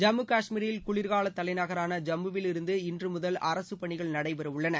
ஜம்மு காஷ்மீரில் குளிர்கால தலைநகரான ஜம்முவிலிருந்து இன்று முதல் அரசுப் பணிகள் நடைபெறவுள்ளன